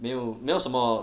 没有没有什么